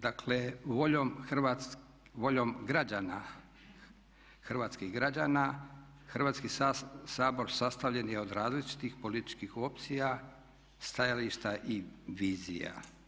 Dakle voljom građana, hrvatskih građana Hrvatski sabor sastavljen je od različitih političkih opcija, stajališta i vizija.